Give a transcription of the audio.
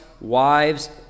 wives